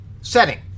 setting